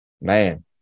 man